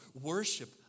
worship